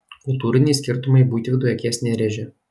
kultūriniai skirtumai buitvidui akies nerėžė